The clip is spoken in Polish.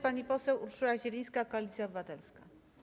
Pani poseł Urszula Zielińska, Koalicja Obywatelska.